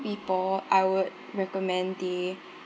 people I would recommend the